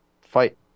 fight